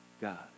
God